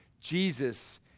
Jesus